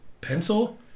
Pencil